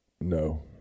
No